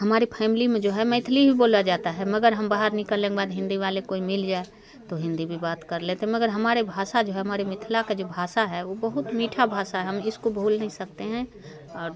हमारी फ़ैमली में जो है मैथिली ही बोला जाता है मगर हम बाहर निकलने के बाद हिंदी वाले कोई मिल जाए तो हिंदी में बात कर लेते हैं मगर हमारे भाषा जो है हमारे मिथला के जो है भाषा है वह बहुत मीठा भाषा है हम इसको भूल नहीं सकते हैं और